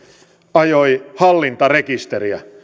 ajoi hallintarekisteriä